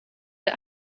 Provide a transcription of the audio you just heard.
but